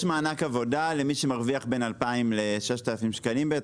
יש מענק עבודה למי שמרוויח בין 2,000 ל-6,000 שקלים.